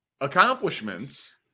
accomplishments